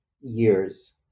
years